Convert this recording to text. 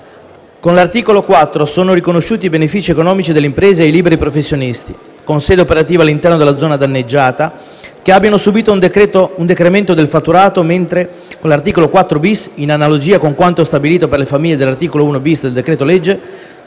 Con l’articolo 4 sono riconosciuti benefici economici alle imprese e ai liberi professionisti, con sede operativa all’interno della zona danneggiata, che abbiano subìto un decremento del fatturato, mentre con l’articolo 4-bis, in analogia con quanto stabilito per le famiglie all’articolo 1-bis del decretolegge,